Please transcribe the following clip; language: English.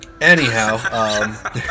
Anyhow